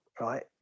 right